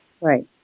Right